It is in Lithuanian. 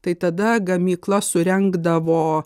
tai tada gamykla surengdavo